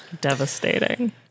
Devastating